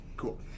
Cool